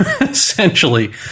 essentially